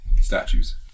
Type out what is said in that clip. Statues